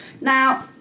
now